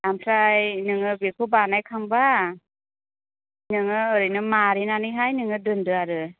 ओमफ्राय नोङो बेखौ बानायखांब्ला नोङो ओरैनो मारिनानैहाय नोङो दोन्दो आरो